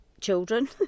children